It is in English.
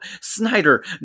Snyder